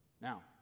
Now